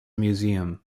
museum